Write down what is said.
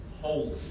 holy